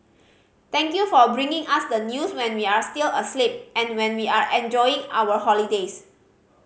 thank you for bringing us the news when we are still asleep and when we are enjoying our holidays